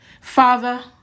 Father